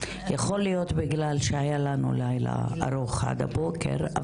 יכול להיות בגלל שהיה לנו לילה ארוך עד הבוקר,